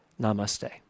Namaste